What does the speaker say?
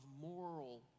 moral